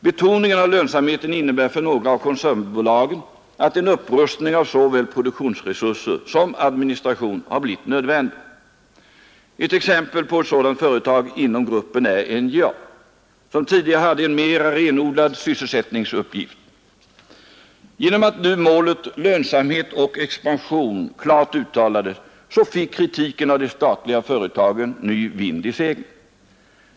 Betoningen av lönsamhet innebär för några av koncernbolagen att en upprustning av såväl produktionsresurser som administration har blivit nödvändig. Ett exempel på ett sådant företag inom gruppen är NJA, som tidigare hade en mera renodlad sysselsättningsuppgift. Genom att nu målet lönsamhet och expansion klart uttalades fick kritiken mot de statliga företagen ny vind i seglen.